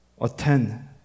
attend